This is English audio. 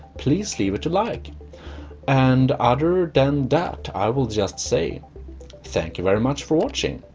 please leave a like and other than that i will just say thank you very much for watching.